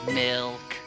milk